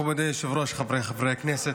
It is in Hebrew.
מכובדי היושב-ראש, חבריי חברי הכנסת,